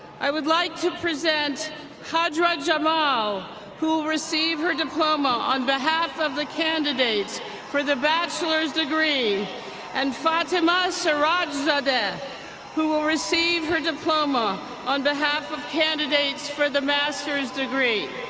i would like to present hajra jamal who received her diploma on behalf of the candidates for the bachelor's degree and fatemeh serajzadeh who will receive her diploma on behalf of candidates for the master's degree.